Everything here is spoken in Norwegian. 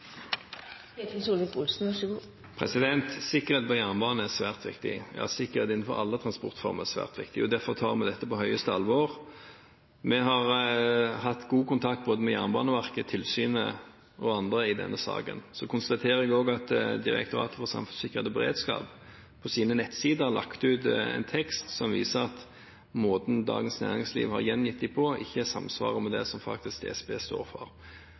Sikkerhet på jernbanen er svært viktig – ja sikkerhet innenfor alle transportformer er svært viktig. Derfor tar vi dette på høyeste alvor. Vi har hatt god kontakt med både Jernbaneverket, tilsynet og andre i denne saken. Så konstaterer jeg også at Direktoratet for samfunnssikkerhet og beredskap på sine nettsider har lagt ut en tekst som viser at måten Dagens Næringsliv har gjengitt dem på, ikke samsvarer med det som DSB faktisk står for.